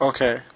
Okay